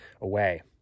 away